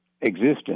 Existence